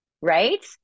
Right